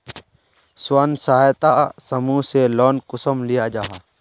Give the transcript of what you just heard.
स्वयं सहायता समूह से लोन कुंसम लिया जाहा?